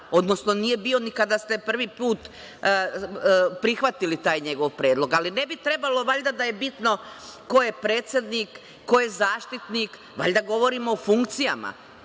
Odnosno, nije bio ni kada ste prvi put prihvatili taj njegov predlog. Ali, ne bi trebalo valjda da je bitno ko je predsednik, ko je zaštitnik, valjda govorimo o funkcijama?